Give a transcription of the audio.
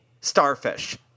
Starfish